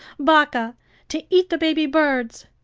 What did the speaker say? baka to eat the baby birds!